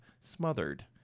smothered